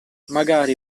magari